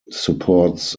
supports